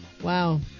Wow